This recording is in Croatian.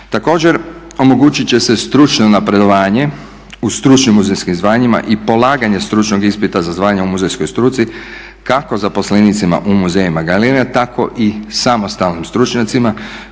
Također, omogućit će se stručno napredovanje u stručnim muzejskim zvanjima i polaganje stručnog ispita za zvanje u muzejskoj struci kako zaposlenicima u muzejima i galerijama tako i samostalnim stručnjacima